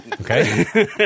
Okay